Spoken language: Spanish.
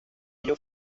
ellos